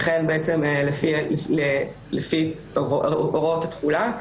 לכן לפי הוראות התחולה,